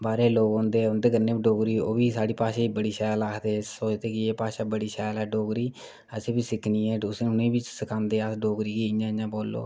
बाहरै दे लोक औंदे उंदे कन्नै बी डोगरी ओह्बी साढ़ी भाशा गी बड़ी शैल आखदे सोचदे कि एह्बी बड़ी शैल भाशा ऐ डोगरी असें बी सिक्खनी उ''नेंगी बी सखांदे अस डोगरी गी इं'या इंया बोल्लो